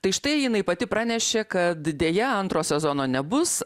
tai štai jinai pati pranešė kad deja antro sezono nebus